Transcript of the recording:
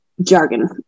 jargon